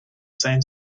same